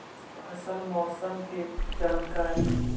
फसल मौसम के जानकारी?